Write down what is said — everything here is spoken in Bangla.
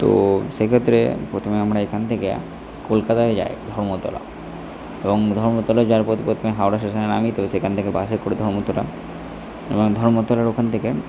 তো সেক্ষেত্রে প্রথমে আমরা এখান থেকে কলকাতায় যাই ধর্মতলা এবং ধর্মতলা যাওয়ার পথে প্রথমে হাওড়া স্টেশানে নামি তারপর সেখান থেকে বাসে করে ধর্মতলা আবার ধর্মতলার ওখান থেকে